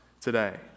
today